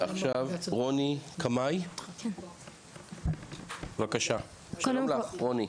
עכשיו רוני קמאי, בבקשה, שלום לך רוני.